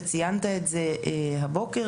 וציינת את זה הבוקר,